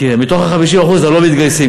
מתוך אלה שלא מתגייסים,